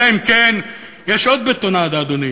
אלא אם כן יש עוד בטונדה, אדוני,